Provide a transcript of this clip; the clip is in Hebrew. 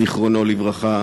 זיכרונו לברכה,